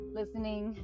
listening